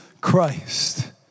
Christ